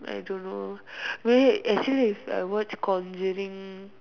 I don't know maybe actually if I watch conjuring